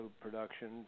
production